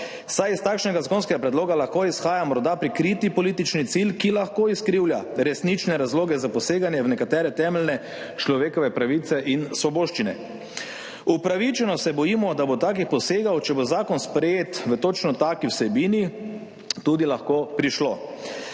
saj iz takšnega zakonskega predloga lahko izhaja morda prikriti politični cilj, ki lahko izkrivlja resnične razloge za poseganje v nekatere temeljne človekove pravice in svoboščine. Upravičeno se bojimo, da bo takih posegov, če bo zakon sprejet v točno taki vsebini, lahko tudi prišlo.